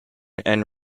and